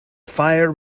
fire